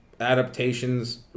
adaptations